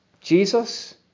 Jesus